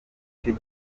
cyo